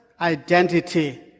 identity